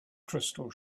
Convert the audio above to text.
crystal